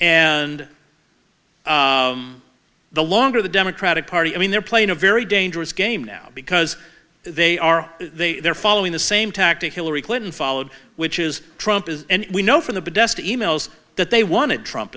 and the longer the democratic party i mean they're playing a very dangerous game now because they are they are following the same tactic hillary clinton followed which is trump is and we know for the best e mails that they wanted trump